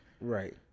Right